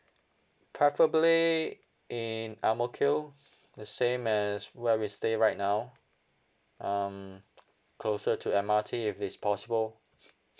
preferably in ang mo kio the same as where we stay right now um closer to M_R_T if it's possible